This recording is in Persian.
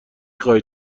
خواهید